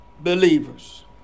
believers